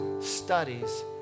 studies